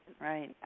right